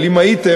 אבל אם הייתם,